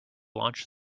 launch